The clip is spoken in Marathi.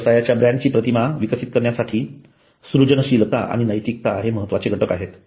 व्यवसायाच्या ब्रँडची प्रतिमा विकसित करण्यासाठी सृजनशीलता आणि नैतिकता हे महत्त्वाचे घटक आहेत